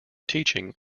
teaching